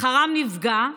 שכרם נפגע.